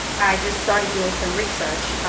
i just started doing some research